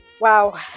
wow